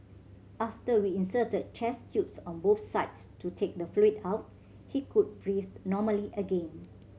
after we inserted chest tubes on both sides to take the fluid out he could breathe normally again